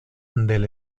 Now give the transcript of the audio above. del